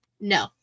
No